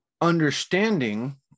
understanding